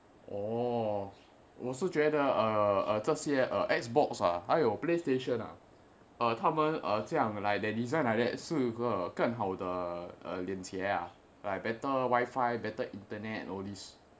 哦我是觉得这些 Xbox ah 还有 play station ah 哦他们这样 like the design like that so 有个更好的链接 like better wifi better internet all these